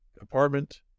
apartment